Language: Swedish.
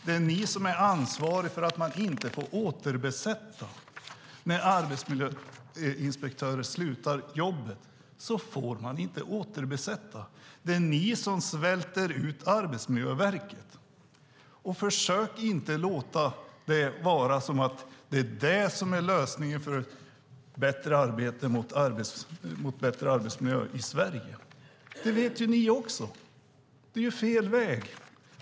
Det är ni som är ansvariga för att de inte får återbesätta tjänster när arbetsmiljöinspektörer slutar. Det är ni som svälter ut Arbetsmiljöverket. Försök inte få det att låta som att det är lösningen för en bättre arbetsmiljö i Sverige. Ni vet att det är fel väg.